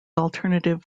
alternative